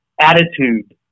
Attitude